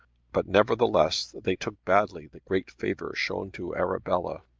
but nevertheless they took badly the great favour shown to arabella.